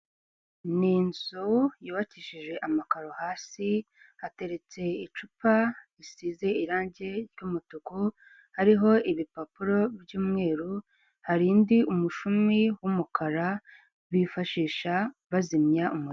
Ni inzu yubakishije amakaro hasi hateretse icupa risize irangi ry'umutuku hariho ibipapuro by'umweru hari indi umushumi w'umukara bifashisha bazimya umuriro.